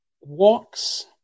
walks